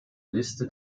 liste